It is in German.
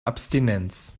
abstinenz